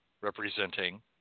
representing